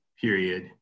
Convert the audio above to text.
period